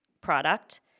product